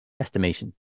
estimation